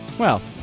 well,